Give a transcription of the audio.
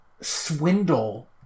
swindle